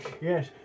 Yes